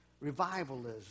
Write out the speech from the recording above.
revivalism